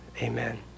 Amen